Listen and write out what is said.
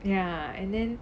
ya and then